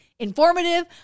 Informative